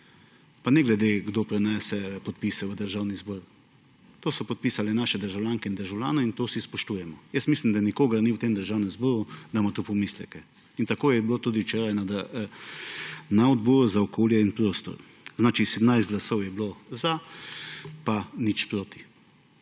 Pa ne glede, kdo prinese podpise v Državni zbor. To so podpisali naši državljanke in državljani in to vsi spoštujemo. Mislim, da nikogar ni v tem državnem zboru, da bi imel tu pomisleke. Tako je bilo tudi včeraj na Odboru za okolje in prostor. Znači, 17 glasov je bilo za pa nič proti.